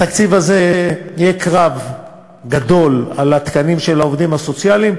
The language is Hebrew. בתקציב הזה יהיה קרב גדול על התקנים של העובדים הסוציאליים.